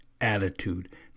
attitude